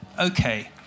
okay